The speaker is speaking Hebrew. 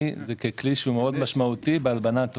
זה ככלי מאוד משמעותי בהלבנת הון.